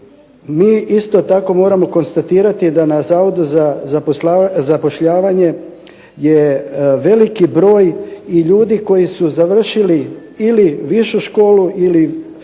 mi isto tako moramo konstatirati da na Zavodu za zapošljavanje je veliki broj ljudi koji su završili ili višu školu ili